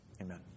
Amen